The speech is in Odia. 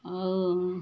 ଆଉ